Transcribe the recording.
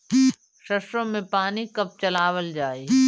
सरसो में पानी कब चलावल जाई?